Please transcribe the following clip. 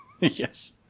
Yes